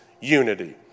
unity